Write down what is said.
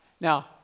Now